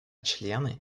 члены